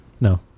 No